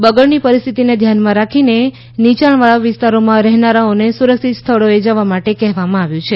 બગડની પરિસ્થિતિને ધ્યાનમાં રાખીને નીયાણવાળા વિસ્તારોમાં રહેનારાઓને સુરક્ષિત સ્થળોએ જવા માટે કહેવામાં આવ્યું છે